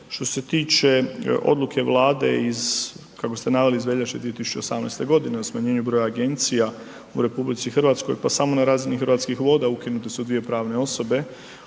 Što se tiče odluke Vlade iz, kako ste naveli iz veljače 2018. godine o smanjenju broja agencija u RH, pa samo na razini Hrvatskih voda ukinute se dvije pravne osobe.